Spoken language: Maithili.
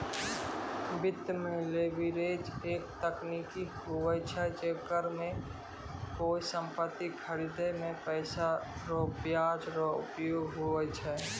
वित्त मे लीवरेज एक तकनीक हुवै छै जेकरा मे कोय सम्पति खरीदे मे पैसा रो ब्याज रो उपयोग हुवै छै